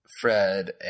Fred